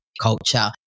culture